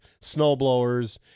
snowblowers